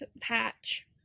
patch